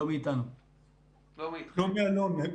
ואם אתה מתייחס לנתונים עצמם, אז אלה הנתונים.